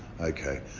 Okay